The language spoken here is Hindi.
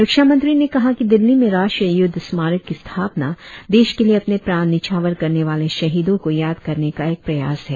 रक्षामंत्री ने कहा कि दिल्ली में राष्ट्रीय युद्ध स्मरक की स्थापना देश के लिए अपने प्राण न्यौछावर करने वाले शहीदों को याद करने का एक प्रयास है